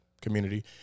community